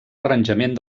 arranjament